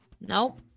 Nope